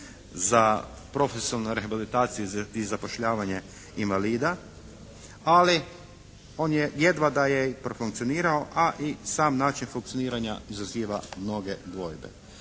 za profesionalnu rehabilitaciju i zapošljavanje invalida, ali on je, jedva da je profunkcionirao. A i sam način funkcioniranja izaziva mnoge dvojbe.